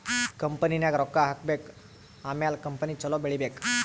ಕಂಪನಿನಾಗ್ ರೊಕ್ಕಾ ಹಾಕಬೇಕ್ ಆಮ್ಯಾಲ ಕಂಪನಿ ಛಲೋ ಬೆಳೀಬೇಕ್